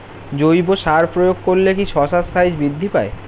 জৈব সার প্রয়োগ করলে কি শশার সাইজ বৃদ্ধি পায়?